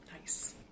nice